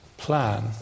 plan